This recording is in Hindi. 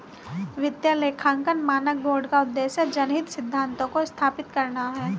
वित्तीय लेखांकन मानक बोर्ड का उद्देश्य जनहित सिद्धांतों को स्थापित करना है